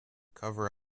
cover